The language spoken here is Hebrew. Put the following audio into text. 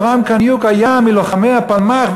יורם קניוק היה מלוחמי הפלמ"ח,